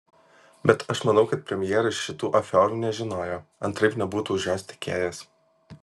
bet aš manau kad premjeras šitų afiorų nežinojo antraip nebūtų už jos tekėjęs